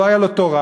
שלא הייתה לו תורה.